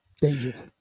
Dangerous